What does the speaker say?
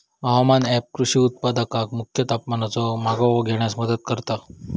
हवामान ऍप कृषी उत्पादकांका मुख्य तापमानाचो मागोवो घेण्यास मदत करता